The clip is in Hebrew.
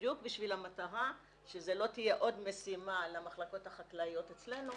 בדיוק בשביל המטרה שזו לא תהיה עוד משימה למחלקות החקלאיות אצלנו